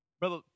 Brother